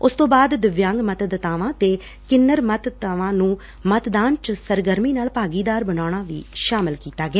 ਉਸ ਤੋਂ ਬਾਅਦ ਦਿਵਿਆਂਗ ਮਤਾਦਤਾਵਾਂ ਤੇ ਤੀਸਰੇ ਲਿੰਗ ਦੇ ਮਤਦਾਤਾਵਾਂ ਨੂੰ ਮਤਦਾਨ ਚ ਸਰਗਰਮੀ ਨਾਲ ਭਾਗੀਦਾਰ ਬਣਾਉਣਾ ਵੀ ਸ਼ਾਮਿਲ ਕੀਤਾ ਗਿਆ